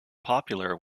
popular